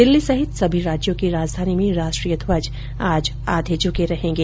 दिल्ली सहित सभी राज्यों की राजधानी में राष्ट्रीय ध्वज आज आधे झुके रहेंगे